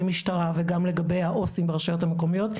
משטרה וגם לגבי העו"סים ברשויות המקומיות.